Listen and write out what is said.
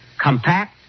compact